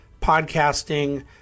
podcasting